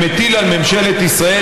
שמטיל על ממשלת ישראל,